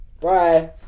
Bye